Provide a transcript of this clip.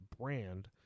brand